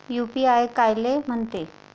UPI कायले म्हनते?